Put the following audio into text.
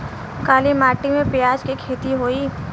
काली माटी में प्याज के खेती होई?